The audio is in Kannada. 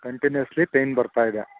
ಕಂಟಿನ್ಯೂಸ್ಲೀ ಪೇಯ್ನ್ ಬರ್ತಾ ಇದೆ